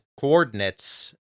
coordinates